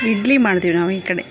ಇಡ್ಲಿ ಮಾಡ್ತಿವಿ ನಾವು ಈ ಕಡೆ